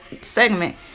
segment